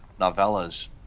novellas